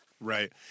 Right